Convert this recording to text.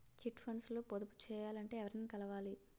Chit funds లో పొదుపు చేయాలంటే ఎవరిని కలవాలి?